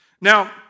Now